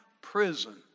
prison